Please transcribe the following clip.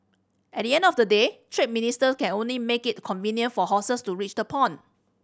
at the end of the day trade minister can only make it convenient for horses to reach the pond